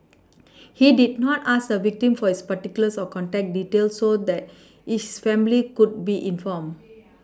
he did not ask the victim for his particulars or contact details so that his family could be informed